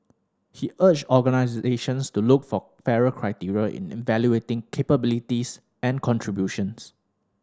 he urged organisations to look for fairer criteria in evaluating capabilities and contributions